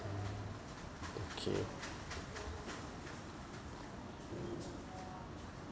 okay